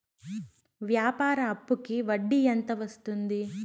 వ్యాపార అప్పుకి వడ్డీ ఎంత వస్తుంది?